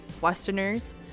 Westerners